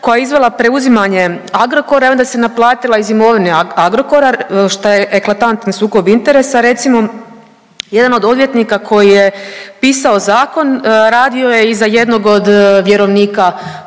koja je izvela preuzimanje Agrokora i onda se naplatila iz imovine Agrokora šta je eklatantni sukob interesa. Recimo jedan od odvjetnika koji je pisao zakon radio je i za jednog od vjerovnika